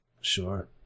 Sure